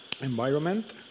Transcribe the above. environment